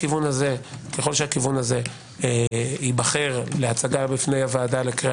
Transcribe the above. ככל שהכיוון הזה ייבחר להצגה בפני הוועדה לקריאה